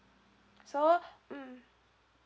so mm